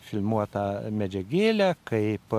filmuotą medžiagėlę kaip